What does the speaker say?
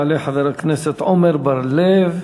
יעלה חבר הכנסת עמר בר-לב,